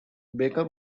baker